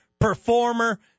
performer